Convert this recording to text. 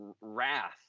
Wrath